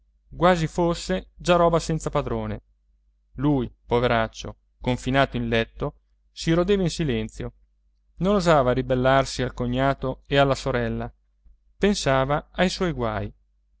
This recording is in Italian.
quasi fosse già roba senza padrone lui poveraccio confinato in letto si rodeva in silenzio non osava ribellarsi al cognato e alla sorella pensava ai suoi guai